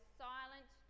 silent